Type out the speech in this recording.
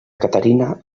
caterina